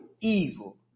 evil